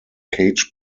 cage